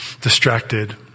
distracted